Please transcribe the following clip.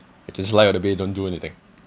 I just lie on the bed don't do anything